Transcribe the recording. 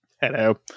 Hello